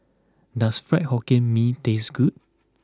does Fried Hokkien Mee taste good